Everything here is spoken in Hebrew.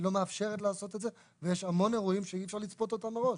היא לא מאפשרת לעשות את זה ויש המון אירועים שאי אפשר לצפות אותם מראש.